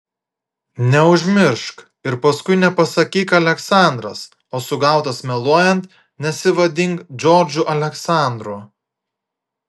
neužmiršk ir paskui nepasakyk aleksandras o sugautas meluojant nesivadink džordžu aleksandru